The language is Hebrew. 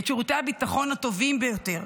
את שירותי הביטחון הטובים ביותר,